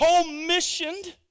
commissioned